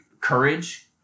courage